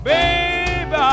Baby